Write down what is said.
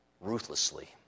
ruthlessly